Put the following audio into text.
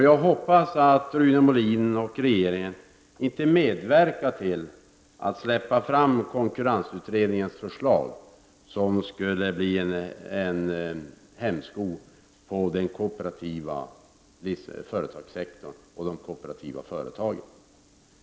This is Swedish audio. Jag hoppas att Rune Molin och regeringen inte medverkar till att förverkliga konkurrensutredningens förslag. Det skulle bli en hämsko på den koo perativa företagssektorn och de kooperativa företagen.